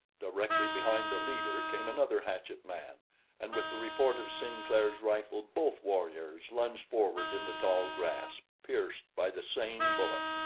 directly behind the leader came another hatchet-man, and with the report of sinclair's rifle both warriors lunged forward in the tall grass, pierced by the same bullet.